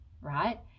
right